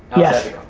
yes,